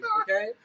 okay